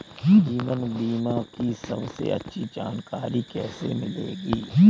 जीवन बीमा की सबसे अच्छी जानकारी कैसे मिलेगी?